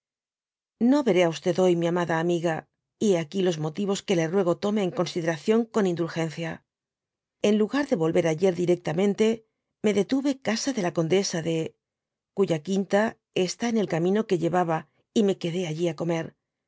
o veré á hoy mi amada amiga y he aquí los motivos que le ruego tome en consideración con indulgencia en lugar de volver ayer directamente me detuve casa de la condesa de cuya quinta está en el camino que llevaba y me quedd allí á comer